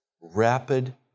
rapid